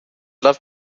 love